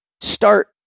start